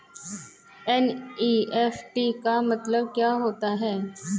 NEFT का मतलब क्या होता है?